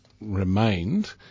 remained